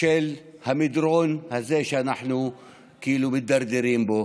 של המדרון הזה שאנחנו כאילו מידרדרים בו.